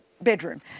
bedroom